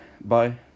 Bye